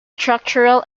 structural